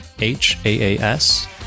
H-A-A-S